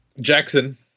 Jackson